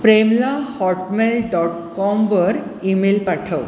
प्रेमला Hotmail dot कॉमवर email पाठव